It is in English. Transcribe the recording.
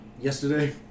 yesterday